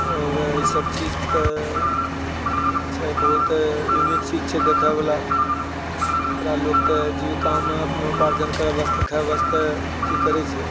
आओर ई सभ चीज तऽ छै बहुत ई नीक चीज छै देखैवला ओकरा लोक तऽ जीविकामे अपनो उपार्जन करऽ वास्ते खाइ वास्ते अथि करै छै